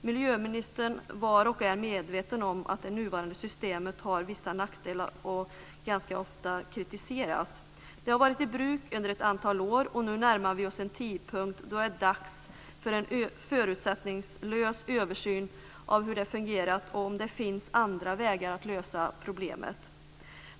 Miljöministern var och är medveten om att det nuvarande systemet har vissa nackdelar och ganska ofta kritiseras. Det har varit i bruk under ett antal år, och nu närmar vi oss en tidpunkt då det är dags för en förutsättningslös översyn av hur det fungerat och om det finns andra vägar att lösa problemet.